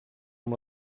amb